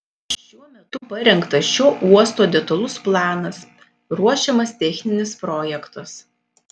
šiuo metu parengtas šio uosto detalus planas ruošiamas techninis projektas